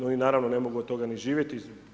Oni naravno ne mogu od toga živjeti.